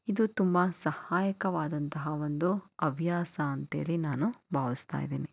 ಇದು ತುಂಬ ಸಹಾಯಕವಾದಂತಹ ಒಂದು ಹವ್ಯಾಸ ಅಂತೇಳಿ ನಾನು ಭಾವಿಸ್ತಾ ಇದ್ದೀನಿ